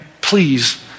Please